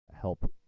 help